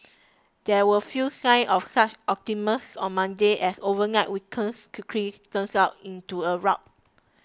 there were few signs of such optimism on Monday as overnight weakness quickly turns out into a rout